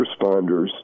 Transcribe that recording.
responders